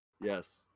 Yes